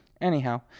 Anyhow